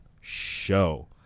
show